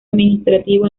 administrativo